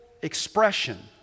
expression